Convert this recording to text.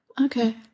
Okay